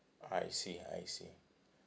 I see I see